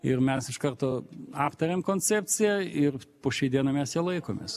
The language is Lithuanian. ir mes iš karto aptarėm koncepciją ir po šiai dienai mes ją laikomės